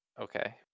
Okay